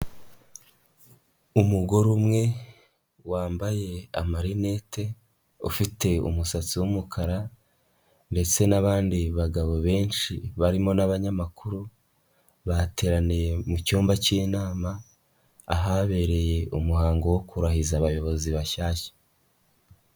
Umugore umwe wambaye amarinete ufite umusatsi w'umukara ndetse n'abandi bagabo benshi barimo n'abanyamakuru, bateraniye mu cyumba k'inama ahabereye umuhango wo kurahiza abayobozi bashyashya.